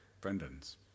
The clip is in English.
Brendan's